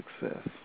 success